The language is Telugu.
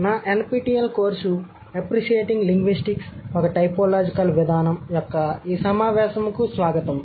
నా NPTEL కోర్సు అప్రిషియేటీంగ్ లింగ్విస్టిక్స్ ఒక టైపోలాజికల్ విధానం యొక్క ఈ సమావేశంకు స్వాగతం